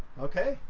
okay.